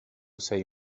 sei